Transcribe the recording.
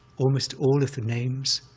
almost all of the names,